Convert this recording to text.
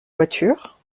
voiture